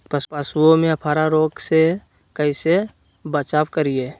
पशुओं में अफारा रोग से कैसे बचाव करिये?